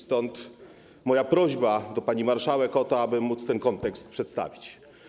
Stąd moja prośba do pani marszałek, aby móc ten kontekst przedstawić.